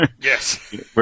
Yes